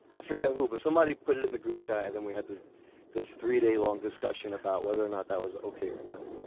i forget hubers, somebody put it in the group chat and then we had this three day long discussion about whether or not that was ok or not